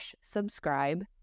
subscribe